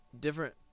different